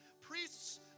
Priests